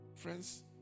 friends